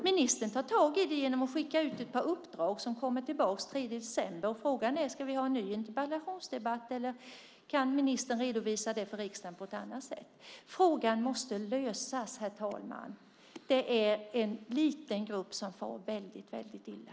Ministern tar tag i den genom att skicka ut ett par uppdrag som kommer tillbaka den 3 december. Frågan är: Ska vi ha en ny interpellationsdebatt eller kan ministern redovisa detta för riksdagen på något annat sätt? Frågan måste lösas, herr talman. Det är en liten grupp som far väldigt illa.